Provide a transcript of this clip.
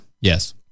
Yes